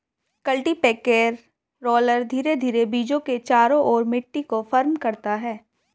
cultipacker roller धीरे धीरे बीजों के चारों ओर मिट्टी को फर्म करता है